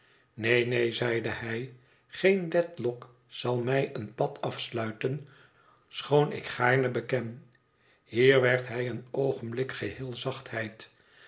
neen neen zeide hij geen dedlock zal mij een pad afsluiten schoon ik gaarne beken hier werd hij in een oogenblik geheel zachtheid